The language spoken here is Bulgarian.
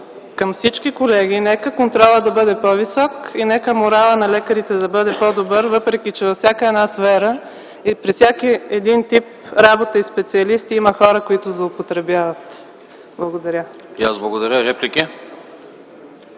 към всички колеги: нека контролът да бъде по-висок и нека моралът на лекарите да бъде по-добър, въпреки че във всяка една сфера и при всеки един тип работа има хора, които злоупотребяват! Благодаря. ПРЕДСЕДАТЕЛ АНАСТАС